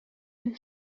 une